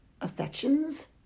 affections